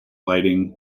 lighting